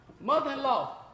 mother-in-law